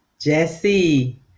Jesse